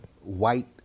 white